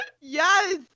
yes